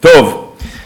טוב,